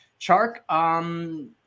Chark